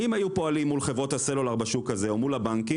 אם היו פועלים מול חברות הסלולר בשוק הזה או מול הבנקים,